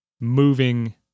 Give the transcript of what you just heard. moving